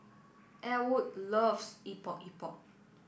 Elwood loves Epok Epok